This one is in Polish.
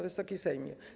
Wysoki Sejmie!